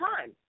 time